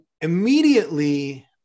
immediately